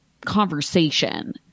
conversation